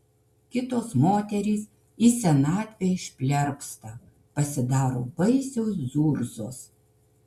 kitos moterys į senatvę išplerpsta pasidaro baisios zurzos